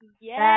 Yes